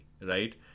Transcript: Right